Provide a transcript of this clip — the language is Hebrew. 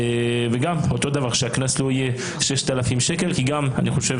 וגם שהקנס לא יהיה 6,000 שקל כי אני חושב